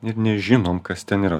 ir nežinom kas ten yra